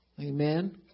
Amen